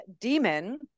demon